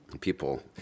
People